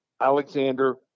Alexander